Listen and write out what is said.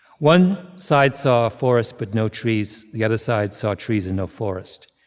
one side saw a forest but no trees. the other side saw trees and no forest.